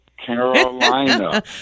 Carolina